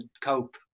cope